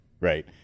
right